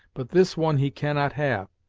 but this one he cannot have.